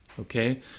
Okay